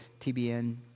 TBN